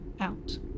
out